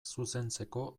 zuzentzeko